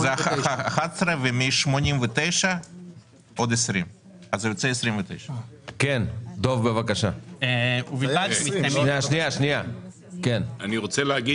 זה 11 ומ-89 עוד 20. זה יוצא 29. אני רוצה להגיד